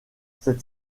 cette